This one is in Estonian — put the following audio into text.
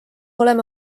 oleme